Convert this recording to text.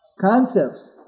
Concepts